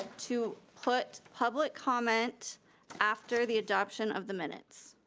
to put public comment after the adoption of the minutes.